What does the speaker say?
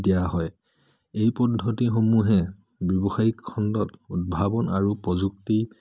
দিয়া হয় এই পদ্ধতিসমূহে ব্যৱসায়িক খণ্ডত উদ্ভাৱন আৰু প্ৰযুক্তি